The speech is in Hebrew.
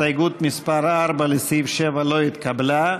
הסתייגות מס' 4, לסעיף 7, לא התקבלה.